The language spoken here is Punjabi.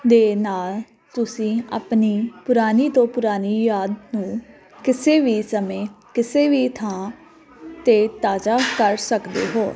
ਦੇ ਨਾਲ ਤੁਸੀਂ ਆਪਣੀ ਪੁਰਾਣੀ ਤੋਂ ਪੁਰਾਣੀ ਯਾਦ ਨੂੰ ਕਿਸੇ ਵੀ ਸਮੇਂ ਕਿਸੇ ਵੀ ਥਾਂ 'ਤੇ ਤਾਜ਼ਾ ਕਰ ਸਕਦੇ ਹੋ